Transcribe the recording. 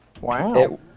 Wow